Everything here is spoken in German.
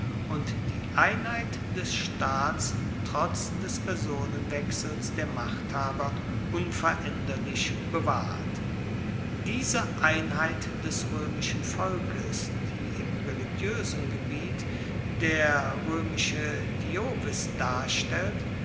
und die einheit des staats trotz des personenwechsels der machthaber unveraenderlich bewahrt diese einheit des roemischen volkes die im religioesen gebiet der roemische diovis darstellt